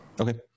Okay